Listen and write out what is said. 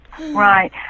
Right